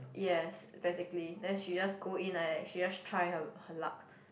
yes basically then she just go in like that she just try her her luck